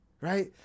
Right